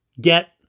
get